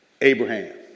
Abraham